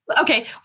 Okay